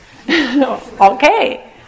Okay